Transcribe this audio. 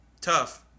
Tough